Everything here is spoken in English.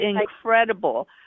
incredible